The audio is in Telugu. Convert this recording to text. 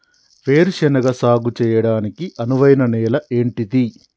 వేరు శనగ సాగు చేయడానికి అనువైన నేల ఏంటిది?